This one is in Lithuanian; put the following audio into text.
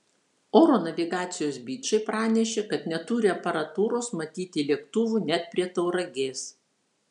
oro navigacijos bičai pranešė kad neturi aparatūros matyti lėktuvų net prie tauragės